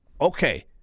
Okay